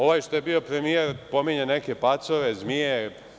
Ovaj što je bio premijer pominje neke pacove, zmije.